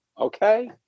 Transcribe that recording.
okay